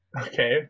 Okay